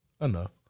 Enough